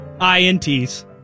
INTs